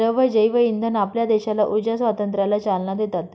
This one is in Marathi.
द्रव जैवइंधन आपल्या देशाला ऊर्जा स्वातंत्र्याला चालना देतात